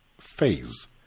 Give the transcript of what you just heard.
phase